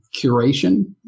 curation